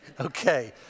Okay